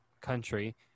Country